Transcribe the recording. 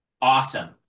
awesome